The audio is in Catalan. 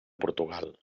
portugal